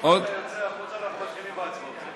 אם אתה יוצא החוצה אנחנו מתחילים בהצבעות.